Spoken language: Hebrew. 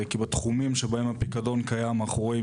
כי בתחומים שבהם הפיקדון קיים אנחנו רואים